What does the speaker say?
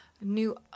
new –